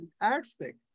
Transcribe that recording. fantastic